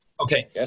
Okay